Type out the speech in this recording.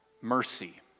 mercy